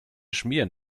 schmieren